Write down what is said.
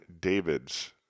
David's